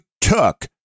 took